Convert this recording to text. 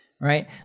Right